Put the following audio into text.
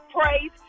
praise